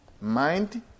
Mind